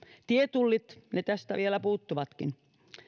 tietullit ne tästä vielä puuttuvatkin